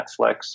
Netflix